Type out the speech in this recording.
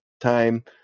time